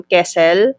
Kessel